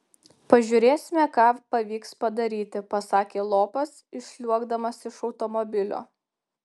pažiūrėsime ką pavyks padaryti pasakė lopas išsliuogdamas iš automobilio